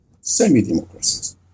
semi-democracies